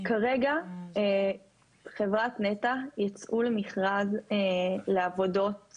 כרגע חברת נת"ע יצאו למכרז לעבודות